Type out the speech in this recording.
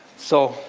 so,